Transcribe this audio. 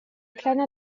kleiner